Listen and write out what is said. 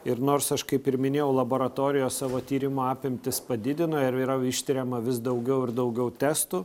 ir nors aš kaip ir minėjau laboratorijos savo tyrimų apimtis padidino ir yra ištiriama vis daugiau ir daugiau testų